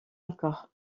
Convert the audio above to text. encore